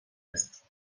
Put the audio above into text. است